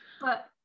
but-